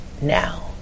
now